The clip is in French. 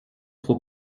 trop